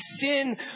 sin